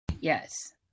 Yes